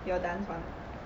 you all dance [one] uh